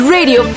Radio